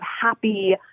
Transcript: happy